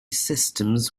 systems